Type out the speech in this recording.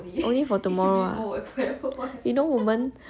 only for tomorrow ah you know 我们